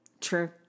True